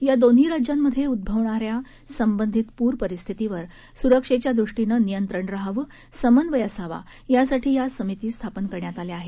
या दोन्ही राज्यामध्ये उद्गवणाऱ्या संबंधित पूर परिस्थितीवर सुरक्षेच्या दृष्टीने नियंत्रण रहावे समन्वय असावा यासाठी या समिती स्थापन करण्यात आल्या आहेत